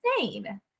insane